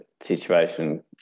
situation